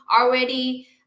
already